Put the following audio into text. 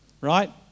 Right